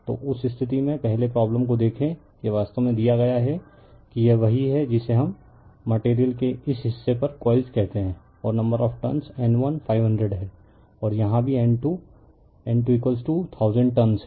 तो उस स्थिति में पहले प्रॉब्लम को देखें यह वास्तव में दिया गया है कि यह वही है जिसे इस मटेरियल के इस हिस्से पर कॉइल्स कहते हैं और नंबर ऑफ़ टर्नस N1 500 है और यहाँ भी N2 N21000 टर्नस है